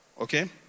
okay